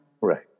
Right